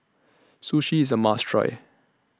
Sushi IS A must Try